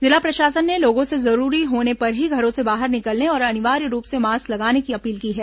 जिला प्रशासन ने लोगों से जरूरी होने पर ही घरों से बाहर निकलने और अनिवार्य रूप से मास्क लगाने की अपील की है